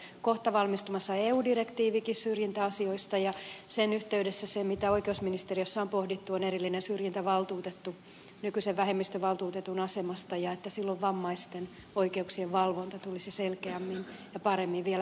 siellä on kohta valmistumassa eu direktiivikin syrjintäasioista ja sen yhteydessä se mitä oikeusministeriössä on pohdittu on erillinen syrjintävaltuutettu nykyisen vähemmistövaltuutetun asemesta ja silloin vammaisten oikeuksien valvonta tulisi selkeämmin ja paremmin vielä sitäkin kautta ed